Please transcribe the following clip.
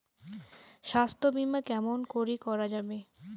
স্বাস্থ্য বিমা কেমন করি করা যাবে?